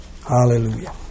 Hallelujah